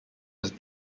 was